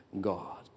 God